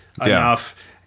enough